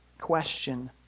question